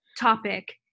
topic